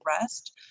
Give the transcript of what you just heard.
rest